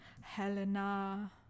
Helena